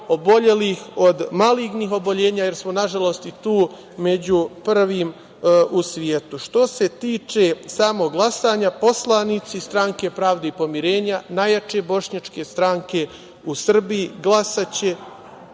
obolelih od malignih oboljenja, jer smo, nažalost, i tu među prvima u svetu. Što se tiče samog glasanja, poslanici Stranke pravde i pomirenja, najjače bošnjačke stranke u Srbiji, glasaće